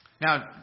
Now